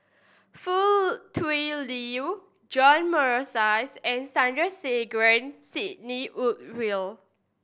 Foo Tui Liew John Morrice and Sandrasegaran Sidney Woodhull